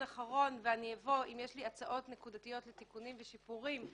יש לי הצעות נקודתיות לתיקונים ושיפורים.